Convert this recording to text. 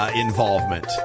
involvement